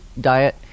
diet